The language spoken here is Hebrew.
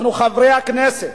אנחנו חברי הכנסת.